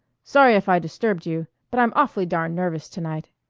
sorry if i disturbed you, but i'm awfully darn nervous to-night.